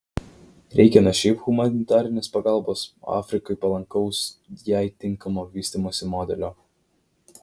reikia ne šiaip humanitarinės pagalbos o afrikai palankaus jai tinkamo vystymosi modelio